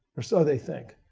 or so they think.